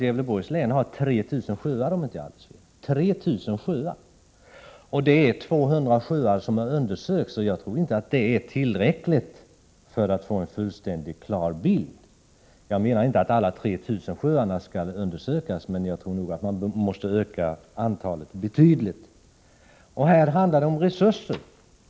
Gävleborgs län har 3 000 sjöar, om jag inte har alldeles fel. 200 sjöar har undersökts, men jag tror inte att det är tillräckligt för att få en fullkomligt klar bild. Jag menar inte att alla 3 000 sjöarna skall undersökas, men jag tror att man måste öka antalet betydligt. Här handlar det om resurser.